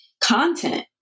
content